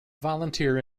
volunteer